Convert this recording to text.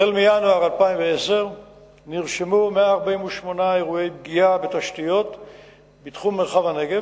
החל מינואר 2010 נרשמו 148 אירועי פגיעה בתשתיות בתחום מרחב הנגב,